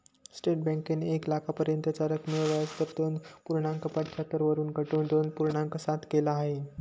state बँकेने एक लाखापर्यंतच्या रकमेवर व्याजदर दोन पूर्णांक पंच्याहत्तर वरून घटवून दोन पूर्णांक सात केल आहे